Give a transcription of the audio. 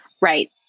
Right